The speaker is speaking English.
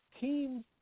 teams